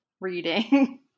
reading